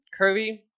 curvy